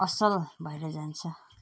असल भएर जान्छ